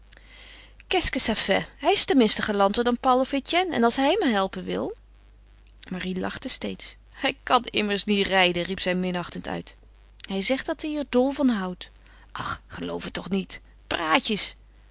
que ça fait hij is tenminste galanter dan paul of etienne en als hij me helpen wil marie lachte steeds hij kan immers niet rijden riep zij minachtend uit hij zegt dat hij er dol van houdt och geloof het toch niet praatjes